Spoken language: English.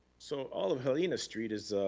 so all of helena street is,